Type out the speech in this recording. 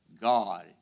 God